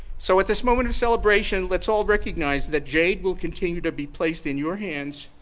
so at this moment of celebration, let's all recognize that jade will continue to be placed in your hands,